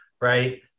right